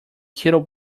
kettle